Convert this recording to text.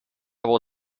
will